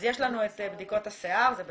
אז יש לנו את בדיקות השיער, זה בסדר,